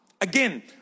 Again